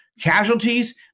Casualties